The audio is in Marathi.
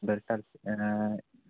बरं